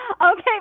Okay